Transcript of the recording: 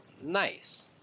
Nice